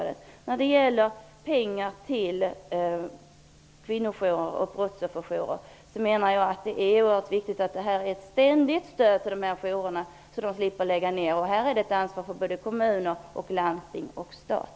Det är viktigt att kvinnojourer och brottsofferjourer ständigt får stöd och pengar. Det är ett ansvar för kommuner, landsting och stat.